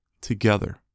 together